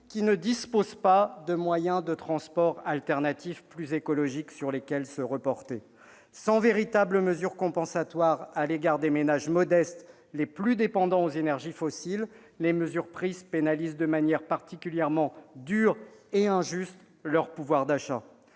et, surtout, sans moyens de transport alternatifs plus écologiques sur lesquels se reporter ? En l'absence de véritable mesure compensatoire à l'égard des ménages modestes les plus dépendants aux énergies fossiles, les mesures prises pénalisent de manière particulièrement dure et injuste leur pouvoir d'achat.